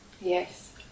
Yes